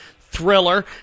Thriller